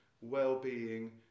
well-being